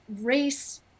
Race